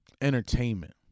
entertainment